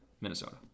Minnesota